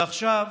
ועכשיו,